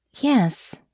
Yes